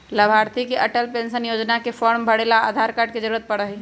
लाभार्थी के अटल पेन्शन योजना के फार्म भरे ला आधार कार्ड के जरूरत पड़ा हई